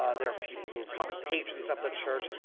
ah there are people who are probably patrons of the church.